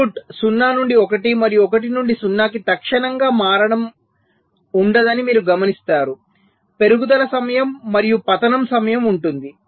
input 0 నుండి 1 మరియు 1 నుండి ౦ కి తక్షణంగా మారడం ఉండదని మీరు చూస్తారు పెరుగుదల సమయం మరియు పతనం సమయం ఉంటుంది